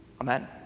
Amen